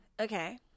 Okay